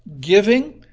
Giving